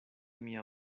mia